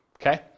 Okay